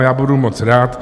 Já budu moc rád.